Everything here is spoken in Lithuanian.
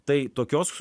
tai tokios